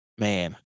man